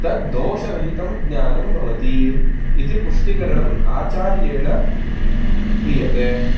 तद्दोषरहितं ज्ञानं भवति इति पुष्टिकरणम् आचार्येण क्रियते